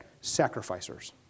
Sacrificers